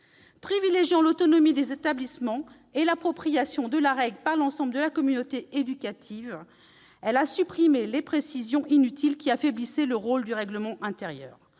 Privilégiant l'autonomie des établissements et l'appropriation de la règle par l'ensemble de la communauté éducative, ils ont supprimé les précisions inutiles qui affaiblissaient le rôle du règlement intérieur.